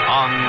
on